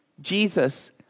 Jesus